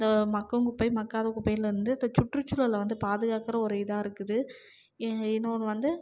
இந்த மக்கும் குப்பை மக்காத குப்பையிலருந்து இந்த சுற்றுச்சூழலை வந்து பாதுகாக்கிற ஒரு இதாக இருக்குது இன்னொன்று வந்து